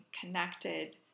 connected